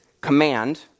command